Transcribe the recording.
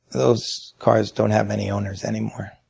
those cars don't have any owners anymore.